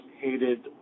hated